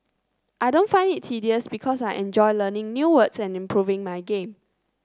I don't find it tedious because I enjoy learning new words and improving my game